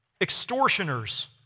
extortioners